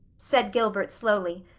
said gilbert slowly,